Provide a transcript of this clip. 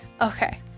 Okay